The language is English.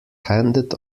handed